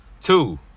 Two